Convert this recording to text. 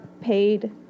paid